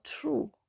true